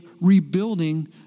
rebuilding